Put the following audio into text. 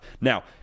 now